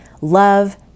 love